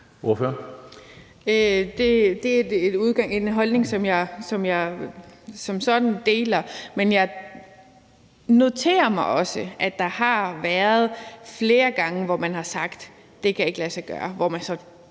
Det er en holdning, som jeg som sådan deler. Jeg noterer mig også, at der har været flere gange, hvor man har sagt, at det ikke kan lade sig gøre, men hvor man så